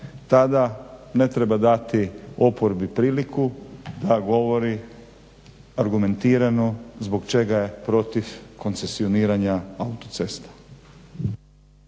tada ne treba dati oporbi priliku da govori argumentirano zbog čega je protiv koncesioniranja autocesta.